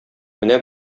менә